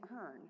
earn